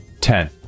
Ten